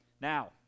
Now